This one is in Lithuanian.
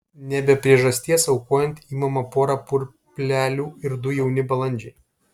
ne be priežasties aukojant imama pora purplelių ir du jauni balandžiai